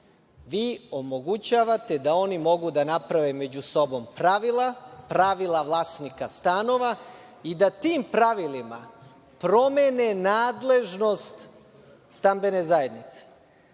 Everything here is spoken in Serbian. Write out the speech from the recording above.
omogućavate da oni mogu da naprave među sobom pravila, pravila vlasnika stanova i da tim pravilima promene nadležnost stambene zajednice,